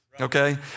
okay